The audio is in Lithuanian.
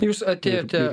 jūs atėjote